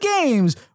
games